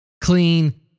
clean